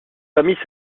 famille